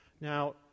Now